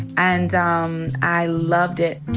and um i loved it.